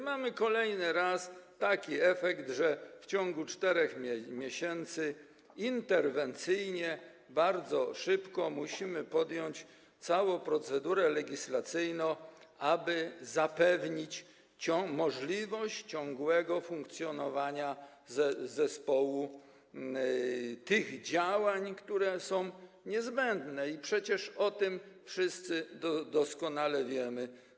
Mamy kolejny raz taki efekt, że w ciągu 4 miesięcy interwencyjnie, bardzo szybko musimy podjąć całą procedurę legislacyjną, aby zapewnić możliwość ciągłego funkcjonowania zespołu tych działań, które są niezbędne, i przecież o tym wszyscy doskonale wiemy.